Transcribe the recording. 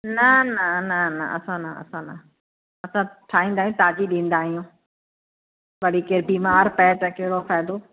न न न न असां न असां ठाहींदा ई ताज़ी ॾींदा आहियूं वरी केरु बीमारु पए त कहिड़ो फ़ाइदो